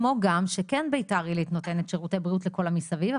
כמו גם שכן ביתר עילית נותנת שירותי בריאות לכל מה שמסביב.